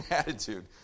attitude